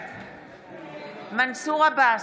בעד מנסור עבאס,